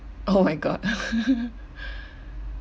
oh my god